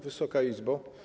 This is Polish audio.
Wysoka Izbo!